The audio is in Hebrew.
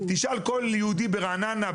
תשאל כל יהודי ברעננה,